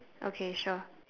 okay sure